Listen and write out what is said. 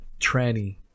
tranny